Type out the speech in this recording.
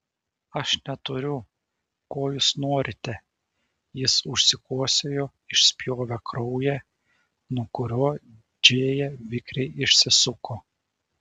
aš neturiu ko jūs norite jis užsikosėjo išspjovė kraują nuo kurio džėja vikriai išsisuko